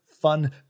fun